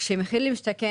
כאשר נכנס מחיר למשתכן,